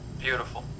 Beautiful